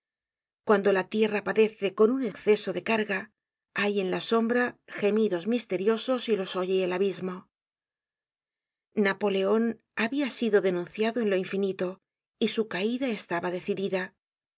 cuando la tierra padece con un esceso de carga hay en la sombra gemidos misteriosos y los oye el abismo napoleon habia sido denunciado en lo infinito y su caida estaba decidida